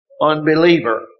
unbeliever